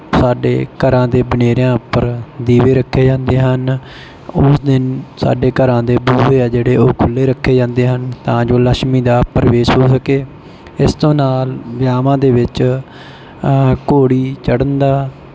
ਸਾਡੇ ਘਰਾਂ ਦੇ ਬਨੇਰਿਆਂ ਉੱਪਰ ਦੀਵੇ ਰੱਖੇ ਜਾਂਦੇ ਹਨ ਉਸ ਦਿਨ ਸਾਡੇ ਘਰਾਂ ਦੇ ਬੂਹੇ ਆ ਜਿਹੜੇ ਉਹ ਖੁੱਲ੍ਹੇ ਰੱਖੇ ਜਾਂਦੇ ਹਨ ਤਾਂ ਜੋ ਲੱਛਮੀ ਦਾ ਪ੍ਰਵੇਸ਼ ਹੋ ਸਕੇ ਇਸ ਤੋਂ ਨਾਲ ਵਿਆਹਵਾਂ ਦੇ ਵਿੱਚ ਘੋੜੀ ਚੜ੍ਹਨ ਦਾ